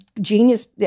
genius